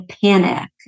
panic